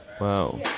wow